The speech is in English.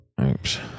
Oops